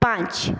पाँच